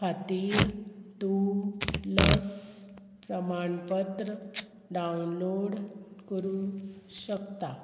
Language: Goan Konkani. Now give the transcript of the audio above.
खातीर तूं लस प्रमाणपत्र डावनलोड करूं शकता